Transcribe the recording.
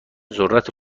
ذرت